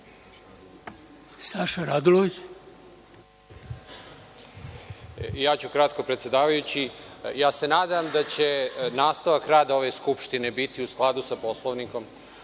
**Saša Radulović** I ja ću kratko predsedavajući. Nadam se da će nastavak rada ove Skupštine biti u skladu sa Poslovnikom.